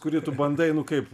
kurį tu bandai nu kaip